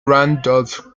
randolph